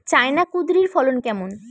China কুঁদরীর ফলন কেমন?